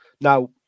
Now